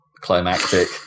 climactic